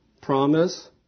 promise